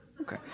Okay